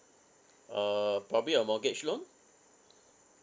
uh probably a mortgage loan